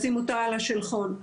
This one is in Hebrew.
לשים אותה על השולחן,